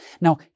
Now